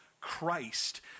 Christ